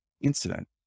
incident